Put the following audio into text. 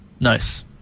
Nice